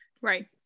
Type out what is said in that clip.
right